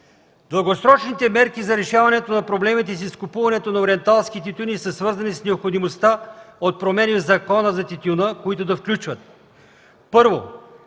Дългосрочните мерки за решаването на проблемите с изкупуването на ориенталски тютюни са свързани с необходимостта от промени в Закона за тютюна, които да включват. Първо,